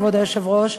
כבוד היושב-ראש,